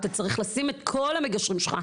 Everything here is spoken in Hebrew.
לשים את כל המגשרים שלך.